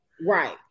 right